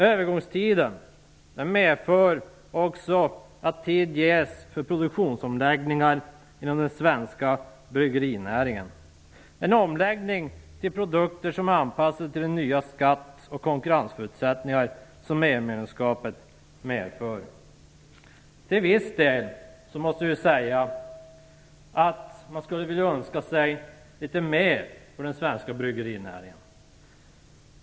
Övergångstiden innebär också att tid ges för produktionsomläggning inom den svenska bryggerinäringen - en omläggning till produkter som anpassats till de nya skatt och konkurrensförutsättningar som EU-medlemskapet medför. Jag måste säga att man till viss del skulle vilja önska sig litet mer för den svenska bryggerinäringen.